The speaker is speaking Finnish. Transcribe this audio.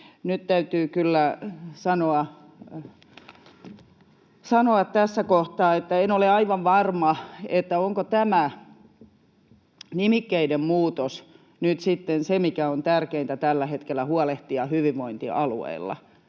kyllä sanoa tässä kohtaa, että en ole aivan varma, onko tämä nimikkeiden muutos nyt sitten se, mistä on tärkeintä tällä hetkellä huolehtia hyvinvointialueilla.